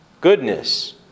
goodness